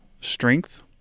strength